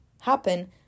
happen